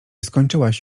skończyłaś